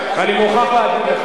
מה הוא יגיד?